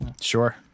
Sure